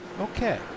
Okay